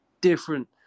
different